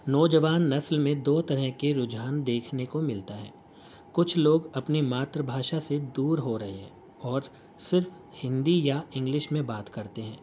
نوجوان نسل میں دو طرح کے رجحان دیکھنے کو ملتا ہے کچھ لوگ اپنی ماتر بھاشا سے دور ہو رہے ہیں اور صرف ہندی یا انگلش میں بات کرتے ہیں